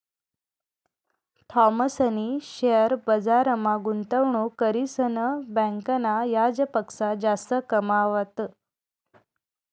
थॉमसनी शेअर बजारमा गुंतवणूक करीसन बँकना याजपक्सा जास्त कमावात